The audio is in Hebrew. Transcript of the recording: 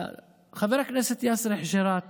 חבר הכנסת יאסר חוג'יראת